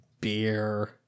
beer